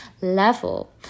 level